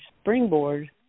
springboard